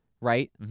right